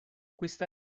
questa